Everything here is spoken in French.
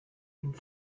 une